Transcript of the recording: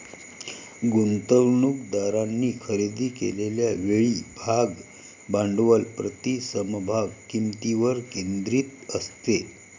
गुंतवणूकदारांनी खरेदी केलेल्या वेळी भाग भांडवल प्रति समभाग किंमतीवर केंद्रित असते